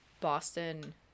Boston